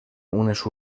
unes